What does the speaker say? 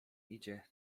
idzie